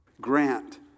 Grant